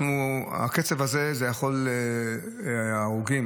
בקצב הזה של ההרוגים,